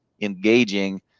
engaging